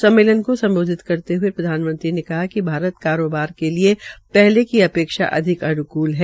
सम्मेलन को सम्बोधित करते हये प्रधानमंत्री ने कहा कि भारत कारोबार के लिये पहले की अपेक्षा अधिक अनुकूल है